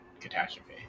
catastrophe